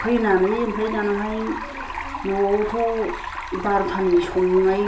फैनानै ओमफ्राय दानाहाय न'आवथ' बार'थानि संनाय